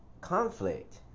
conflict